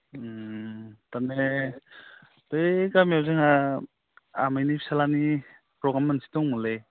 थारमाने ओइ गामियाव जोंहा आमायनि फिसाज्लानि प्रग्राम मोनसे दंमोनलै